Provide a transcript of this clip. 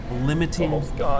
limiting